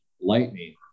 Lightning